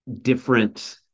different